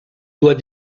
doit